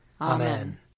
Amen